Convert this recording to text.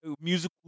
Musical